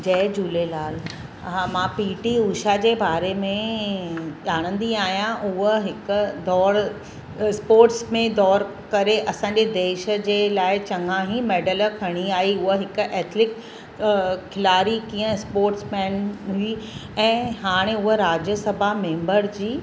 जय झूलेलाल हा मां पी टी उषा जे बारे में ॼाणंदी आहियां उहा हिकु दौड़ स्पॉर्ट्स में दौर करे असांजे देश जे लाइ चङा ई मेडल खणी आई उहा हिकु एथलीट खिलाड़ी कीअं स्पॉर्ट्समैन बि ऐं हाणे उहा राज्य सभा मेंबर जी